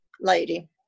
lady